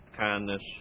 kindness